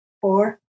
four